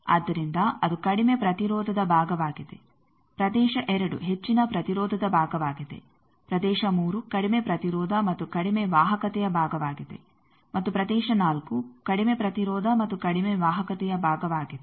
ಆದ್ದರಿಂದ ಅದು ಕಡಿಮೆ ಪ್ರತಿರೋಧದ ಭಾಗವಾಗಿದೆ ಪ್ರದೇಶ 2 ಹೆಚ್ಚಿನ ಪ್ರತಿರೋಧದ ಭಾಗವಾಗಿದೆ ಪ್ರದೇಶ ಮೂರು ಕಡಿಮೆ ಪ್ರತಿರೋಧ ಮತ್ತು ಕಡಿಮೆ ವಾಹಕತೆಯ ಭಾಗವಾಗಿದೆ ಮತ್ತು ಪ್ರದೇಶ ನಾಲ್ಕು ಕಡಿಮೆ ಪ್ರತಿರೋಧ ಮತ್ತು ಕಡಿಮೆ ವಾಹಕತೆಯ ಭಾಗವಾಗಿದೆ